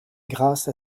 grâce